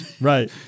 Right